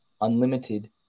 unlimited